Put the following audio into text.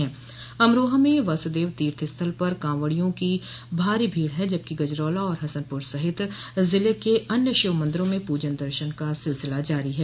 वहीं अमरोहा में वासदेव तीर्थस्थल पर कॉवड़ियों की भारी भीड़ है जबकि गजरौला और हसनपुर सहित ज़िले के अन्य शिव मन्दिरों में पूजन दर्शन का सिलसिला जारी है